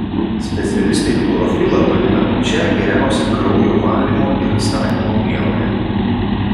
specialistai chlorofilą vadina pačia geriausia kraujo valymo ir atstatymo priemone